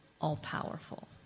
all-powerful